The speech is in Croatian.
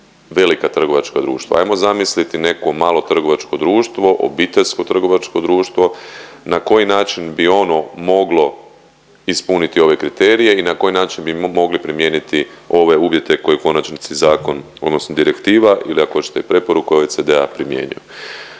velika trgovačka društva? Ajmo zamisliti neko malo trgovačko društvo, obiteljsko trgovačko društvo, na koji način bi ono moglo ispuniti ove kriterije i na koji način bi mogli primijeniti ove uvjete koji u konačnici zakon, odnosno direktiva ili ako hoćete preporuka OECD-a, primjenjuju?